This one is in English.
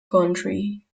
county